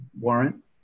warrant